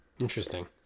interesting